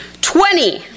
Twenty